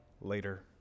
later